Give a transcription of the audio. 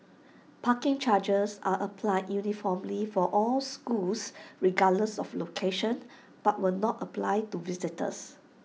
parking charges are applied uniformly for all schools regardless of location but will not apply to visitors